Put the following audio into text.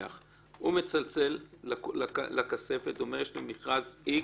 הוא מצלצל לכספת ואומר: יש לי מכרז X,